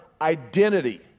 identity